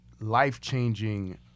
life-changing